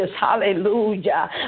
Hallelujah